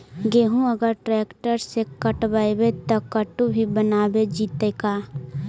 गेहूं अगर ट्रैक्टर से कटबइबै तब कटु भी बनाबे जितै का?